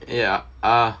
ya ah